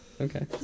Okay